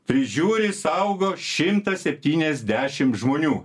prižiūri saugo šimtas septyniasdešimt žmonių